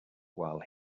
while